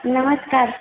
नमस्कार सर